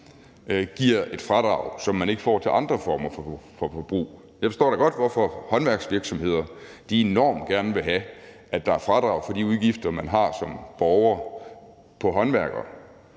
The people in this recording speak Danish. giver et fradrag, som man ikke giver i forbindelse med andre former for forbrug. Jeg forstår da godt, hvorfor håndværksvirksomheder enormt gerne vil have, at der er fradrag for de udgifter, man som borger har til håndværkere.